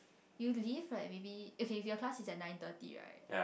you leave like maybe okay if your class is at nine thirty right